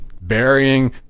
burying